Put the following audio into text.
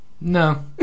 No